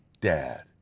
Dad